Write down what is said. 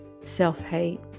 self-hate